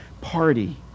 party